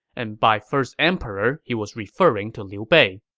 and by first emperor, he was referring to liu bei.